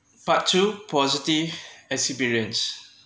part two positive experience